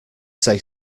say